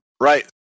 Right